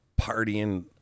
partying